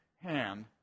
hand